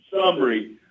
summary